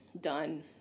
done